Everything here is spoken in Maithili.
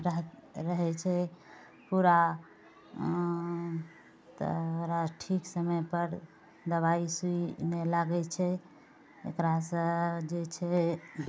रहै छै पूरा तऽ ओकरा ठीक समय पर दवाइ सुइ नहि लागै छै एकरासँ जे छै